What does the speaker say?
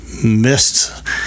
Missed